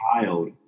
child